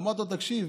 אמרתי לו: תקשיב,